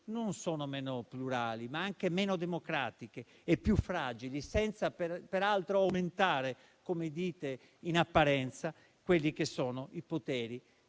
non solo meno plurali, ma anche meno democratiche e più fragili, senza peraltro aumentare - come dite in apparenza - i poteri